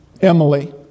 Emily